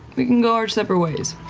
we can go our separate ways.